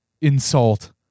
insult